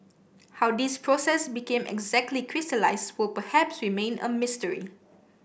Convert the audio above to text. how this process became exactly crystallised will perhaps remain a mystery